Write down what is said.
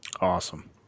Awesome